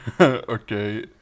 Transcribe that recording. Okay